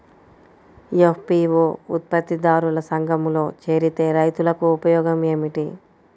FPO ఉత్పత్తి దారుల సంఘములో చేరితే రైతులకు ఉపయోగము ఏమిటి?